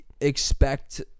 expect